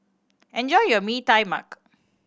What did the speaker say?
enjoy your Mee Tai Mak